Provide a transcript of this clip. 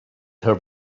her